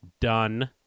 done